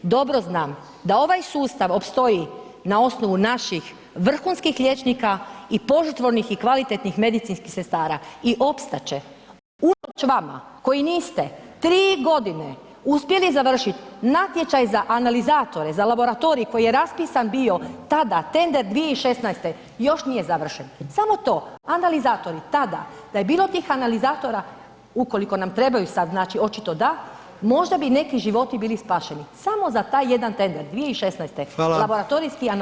Dobro znam da ovaj sustav opstoji na osnovu naših vrhunskih liječnika i požrtvovnih i kvalitetnih medicinskih sestara i opstat će unatoč vama koji niste 3.g. uspjeli završit natječaj za analizatore, za laboratorij koji je raspisan bio tada, tender 2016. još nije završen, samo to, analizatori tada, da je bilo tih analizatora, ukoliko nam trebaju sad, znači očito da, možda bi i neki životi bili spašeni, samo za taj jedan tender 2016 [[Upadica: Hvala]] laboratorijski analizator.